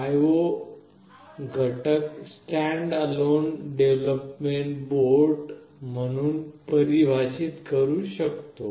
IO घटक standalone development board म्हणून परिभाषित करू शकतो